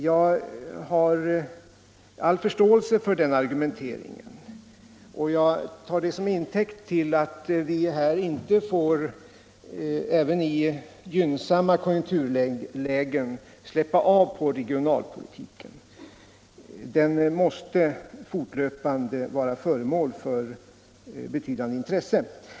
Jag har all förståelse för den argumenteringen, och jag tar den såsom intäkt för att man inte ens i gynn samma konjunkturlägen får släppa av på regionalpolitiken. Den måste fortlöpande vara föremål för betydande intresse.